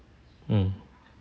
mm